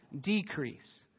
decrease